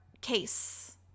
case